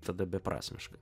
tada beprasmiška